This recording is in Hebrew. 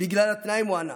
בגלל התנאים, הוא ענה.